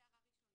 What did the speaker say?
זה הדבר הראשון.